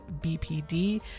BPD